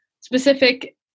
specific